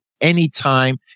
anytime